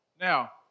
Now